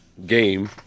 Game